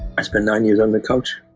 i spent nine years on the couch,